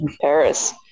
Paris